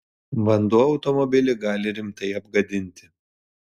vanduo automobilį gali rimtai apgadinti